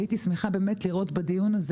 הייתי שמחה לראות בדיון הזה